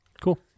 Cool